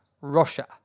Russia